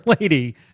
lady